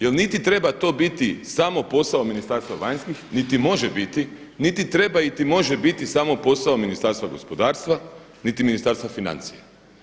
Jel' niti treba to biti samo posao Ministarstva vanjskih niti može biti niti treba, niti može biti samo posao Ministarstva gospodarstva niti Ministarstva financija.